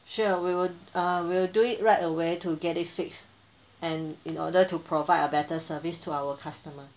sure we will err we will do it right away to get it fixed and in order to provide a better service to our customers